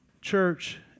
church